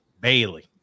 Bailey